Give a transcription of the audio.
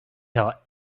tell